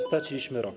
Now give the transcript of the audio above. Straciliśmy rok.